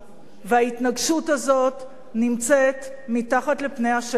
וההתנגשות הזאת נמצאת מתחת לפני השטח,